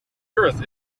earth